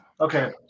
Okay